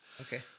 Okay